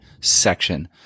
section